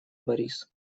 борис